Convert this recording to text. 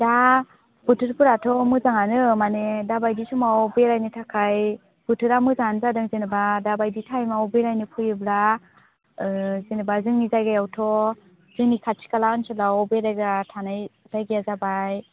दा बोथोरफोराथ' मोजाङानो माने दाबायदि समाव बेरायनो थाखाय बोथोरा मोजाङानो जादों जेनेबा दा बायदि टाइमाव बेरायनो फैयोब्ला ओ जेनेबा जोंनि जायगायावथ' जोंनि खाथि खाला ओनसोलाव बेरायग्रा थानाय जायगाया जाबाय